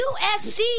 USC